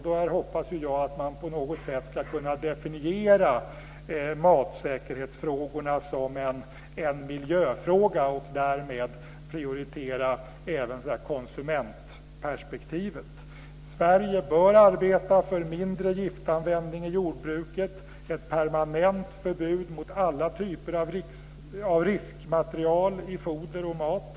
Då hoppas jag att man på något sätt ska kunna definiera matsäkerhetsfrågorna som en miljöfråga och därmed prioritera även konsumentperspektivet. Sverige bör arbeta för mindre giftanvändning i jordbruket och för ett permanent förbud mot alla typer av riskmaterial i foder och mat.